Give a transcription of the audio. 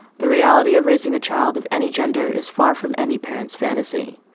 the reality of raising a child of any gender is far from any parent's fantasy.